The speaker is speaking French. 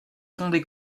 fondée